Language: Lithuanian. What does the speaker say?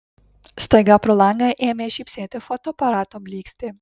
staiga pro langą ėmė žybsėti fotoaparato blykstė